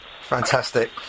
fantastic